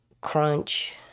crunch